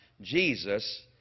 Jesus